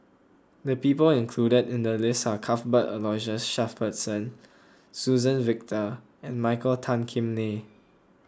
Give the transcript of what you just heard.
the people included in the list are Cuthbert Aloysius Shepherdson Suzann Victor and Michael Tan Kim Nei